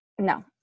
no